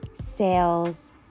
sales